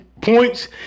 points